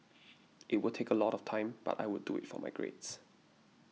it would take a lot of time but I would do it for my grades